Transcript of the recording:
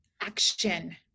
action